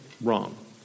wrong